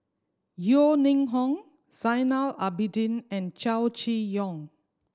Yeo Ning Hong Zainal Abidin and Chow Chee Yong